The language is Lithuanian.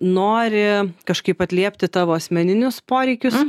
nori kažkaip atliepti tavo asmeninius poreikius